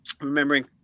remembering